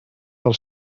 del